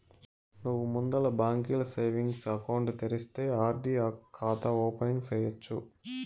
నువ్వు ముందల బాంకీల సేవింగ్స్ ఎకౌంటు తెరిస్తే ఆర్.డి కాతా ఓపెనింగ్ సేయచ్చు